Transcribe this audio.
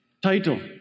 title